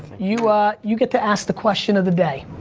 you ah you get to ask the question of the day.